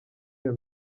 iyo